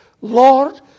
Lord